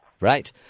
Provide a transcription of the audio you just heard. Right